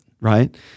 Right